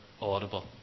audible